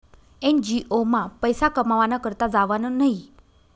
NGO मा पैसा कमावाना करता जावानं न्हयी